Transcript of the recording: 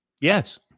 Yes